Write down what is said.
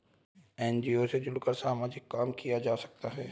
NGO से जुड़कर सामाजिक काम किया जा सकता है